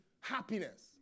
happiness